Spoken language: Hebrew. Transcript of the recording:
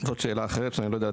זאת שאלה אחרת שאני לא יודע.